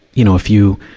you know, if you,